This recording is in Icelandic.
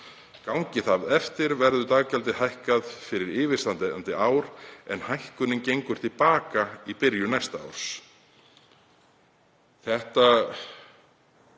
Gangi það eftir verður daggjaldið hækkað fyrir yfirstandandi ár en hækkunin gengur til baka í byrjun næsta árs.“ Síðan